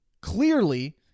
clearly